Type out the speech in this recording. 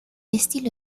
estilo